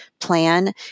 plan